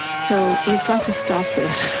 so we've got to stop this.